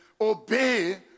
obey